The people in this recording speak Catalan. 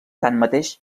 tanmateix